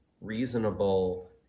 reasonable